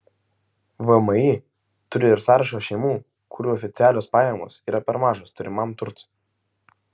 vmi turi ir sąrašą šeimų kurių oficialios pajamos yra per mažos turimam turtui